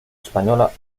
española